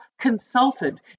consulted